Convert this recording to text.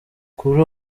kuri